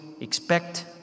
expect